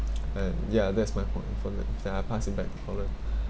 and yeah that's my point for that can I pass it back to gordon